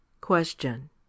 Question